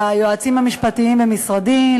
ליועצים המשפטיים במשרדי,